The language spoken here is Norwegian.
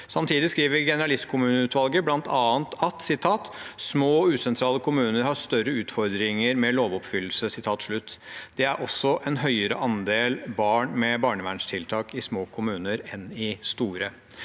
Samtidig skriver Generalistkommuneutvalget blant annet at «små og usentrale kommuner har større utfordringer med lovoppfyllelse». Det er også en høyere andel barn med barnevernstiltak i små kommuner enn i store.